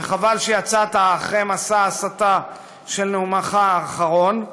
וחבל שיצאת, אחרי מסע ההסתה של נאומך האחרון,